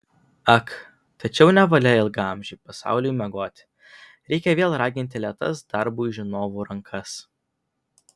ak tačiau nevalia ilgaamžiui pasauliui miegoti reikia vėl raginti lėtas darbui žinovų rankas